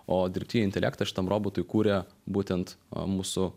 o dirbtinį intelektą šitam robotui kūrė būtent mūsų